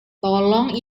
tolong